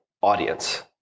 audience